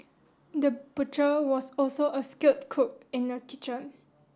the butcher was also a skilled cook in the kitchen